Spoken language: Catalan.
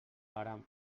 ara